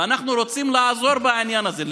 ואנחנו רוצים לעזור בעניין הזה.